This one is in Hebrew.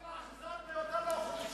אתם רוצים להפקיע את הקרקעות גם היום.